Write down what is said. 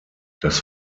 das